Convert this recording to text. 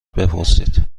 بپرسید